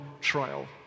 trial